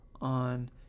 on